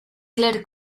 clare